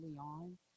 on